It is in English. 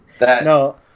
no